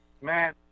Man